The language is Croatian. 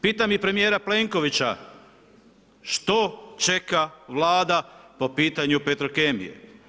Pitam i premijera Plenkovića što čeka Vlada po pitanju Petrokemije?